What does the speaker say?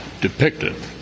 depicted